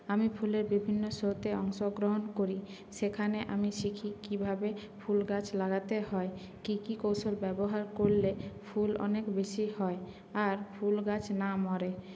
আমি ফুলের বিভিন্ন শোতে অংশগ্রহণ করি সেখানে আমি শিখি কীভাবে ফুল গাছ লাগাতে হয় কি কি কৌশল ব্যবহার করলে ফুল অনেক বেশি হয় আর ফুল গাছ না মরে